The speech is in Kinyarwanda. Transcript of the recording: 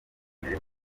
neza